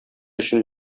өчен